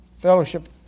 fellowship